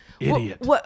idiot